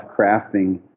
crafting